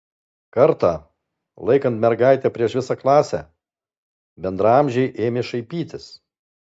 kartą laikant mergaitę prieš visą klasę bendraamžiai ėmė šaipytis